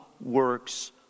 works